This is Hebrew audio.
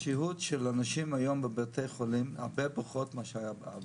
השהות של אנשים היום בבתי חולים הרבה פחות ממה שהיה בעבר.